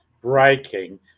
breaking